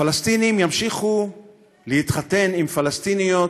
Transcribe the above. פלסטינים ימשיכו להתחתן עם פלסטיניות,